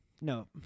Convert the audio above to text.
No